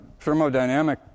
thermodynamic